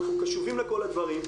אנחנו קשובים לכל הדברים.